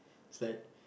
is like